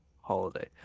holiday